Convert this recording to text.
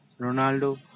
Ronaldo